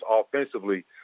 offensively